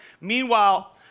Meanwhile